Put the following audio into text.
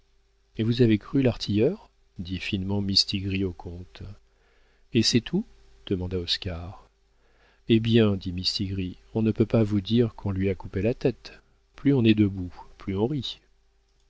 et vous avez cru l'artilleur dit finement mistigris au comte et c'est tout demanda oscar eh bien dit mistigris il ne peut pas vous dire qu'on lui a coupé la tête plus on est debout plus